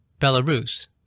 Belarus